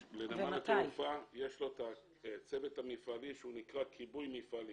יש לנמל התעופה צוות מפעלי שנקרא: כיבוי מפעלי